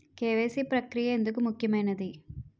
KYC ప్రక్రియ ఎందుకు ముఖ్యమైనది?